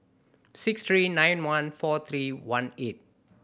six three nine one four three one eight